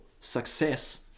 success